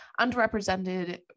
underrepresented